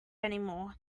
anymore